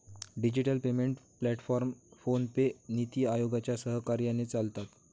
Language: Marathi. डिजिटल पेमेंट प्लॅटफॉर्म फोनपे, नीति आयोगाच्या सहकार्याने चालतात